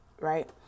right